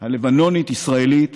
הלבנונית-ישראלית